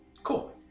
Cool